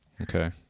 Okay